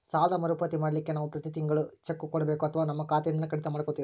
ಸಾಲದ ಮರುಪಾವತಿ ಮಾಡ್ಲಿಕ್ಕೆ ನಾವು ಪ್ರತಿ ತಿಂಗಳು ಚೆಕ್ಕು ಕೊಡಬೇಕೋ ಅಥವಾ ನಮ್ಮ ಖಾತೆಯಿಂದನೆ ಕಡಿತ ಮಾಡ್ಕೊತಿರೋ?